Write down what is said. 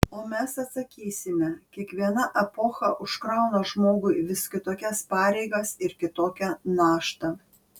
o mes atsakysime kiekviena epocha užkrauna žmogui vis kitokias pareigas ir kitokią naštą